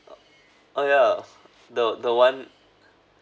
oh yeah the the one